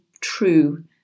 true